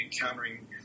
encountering